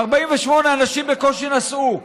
ב-48' אנשים בקושי נסעו,